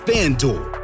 FanDuel